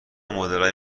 مدلای